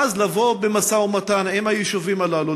ואז לבוא במשא-ומתן עם היישובים הללו,